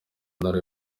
ntara